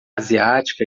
asiática